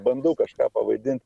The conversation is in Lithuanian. bandau kažką pavaidint